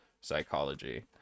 psychology